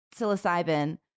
psilocybin